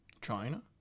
china